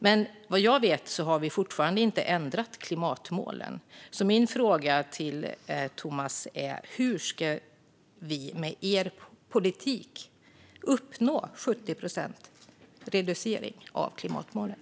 Men vad jag vet har ni fortfarande inte ändrat klimatmålen, så min fråga till Thomas är: Hur ska vi med er politik uppnå klimatmålen och en reducering med 70 procent?